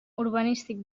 urbanístic